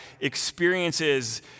experiences